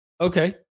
Okay